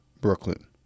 Brooklyn